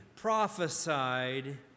prophesied